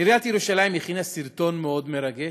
עיריית ירושלים הכינה סרטון מאוד מרגש.